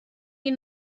die